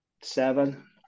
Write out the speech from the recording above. seven